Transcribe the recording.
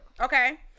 Okay